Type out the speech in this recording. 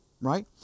Right